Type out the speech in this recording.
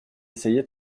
essayait